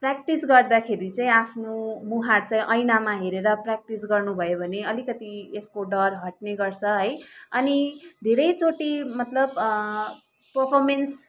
practice गर्दाखेरि चाहिँ आफ्नो मुहार चाहिँ ऐनामा हेरेर प्र्याक्टिस गर्नुभयो भने अलिकति यसको डर हट्ने गर्छ है अनि धेरैचोटि मतलब पर्फरमेन्स्